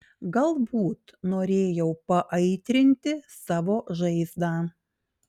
galbūt norėjau paaitrinti savo žaizdą